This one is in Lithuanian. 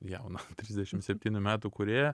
jauną trisdešim septynių metų kūrėją